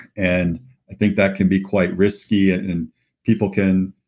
and i think that can be quite risky and people can,